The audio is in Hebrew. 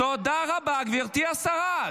תודה רבה, גברתי השרה.